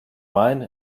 mine